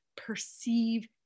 perceive